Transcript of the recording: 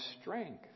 strength